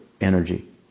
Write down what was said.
energy